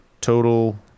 total